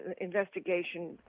investigation